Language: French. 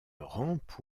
rampe